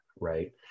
right